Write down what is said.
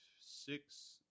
six